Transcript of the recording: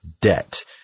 debt